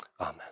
Amen